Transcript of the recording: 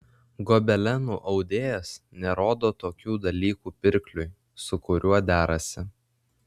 gobelenų audėjas nerodo tokių dalykų pirkliui su kuriuo derasi